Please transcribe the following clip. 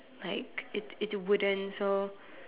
like it's it's wooden so